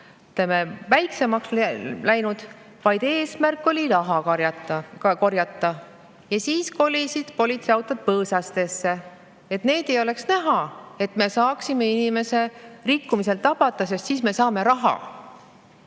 oleks väiksemaks läinud, vaid eesmärk oli raha korjata. Politseiautod kolisid põõsastesse, et neid ei oleks näha, et saaks inimese rikkumiselt tabada, sest nii me saame raha.